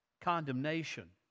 condemnation